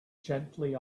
gently